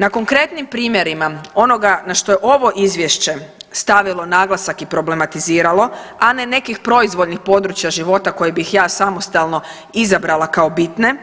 Na konkretnim primjerima onoga na što je ovo izvješće stavilo naglasak i problematiziralo, a ne nekih proizvoljnih područja života koje bih ja samostalno izabrala kao bitne